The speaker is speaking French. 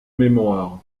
mémoire